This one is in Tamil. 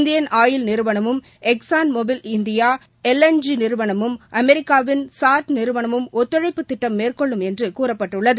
இந்தியன் ஆயில் நிறுவனமும் Exxon Mobil India L N G நிறுவனமும் அமெரிக்காவின் சாா்ட் நிறுவனமும் ஒத்துழை்பபுத் திட்டம் மேற்கொள்ளும் என்று கூறப்பட்டுள்ளது